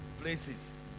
places